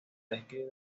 describe